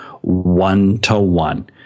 one-to-one